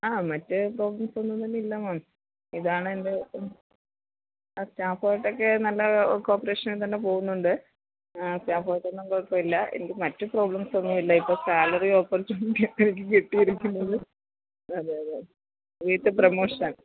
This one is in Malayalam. ആ മറ്റ് പ്രോബ്ലംസൊന്നും തന്നെയില്ലാ മാം ഇതാണ് എന്റെ അ സ്റ്റാഫുവായിട്ടൊക്കെ നല്ല കോപ്പറേഷനില് തന്നെ പോകുന്നുണ്ട് ആ സ്റ്റാഫുകള്ക്കൊന്നും കുഴപ്പമില്ല എനിക്ക് മറ്റു പ്രോബ്ളംസൊന്നും ഇല്ല ഇപ്പോള് സാലറി ഓപ്പര്ച്യൂണിറ്റി ആണ് എനിക്ക് കിട്ടിയിരിക്കുന്നത് അതെയതെ വിത്ത് പ്രൊമോഷന്